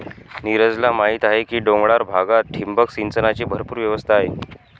नीरजला माहीत आहे की डोंगराळ भागात ठिबक सिंचनाची भरपूर व्यवस्था आहे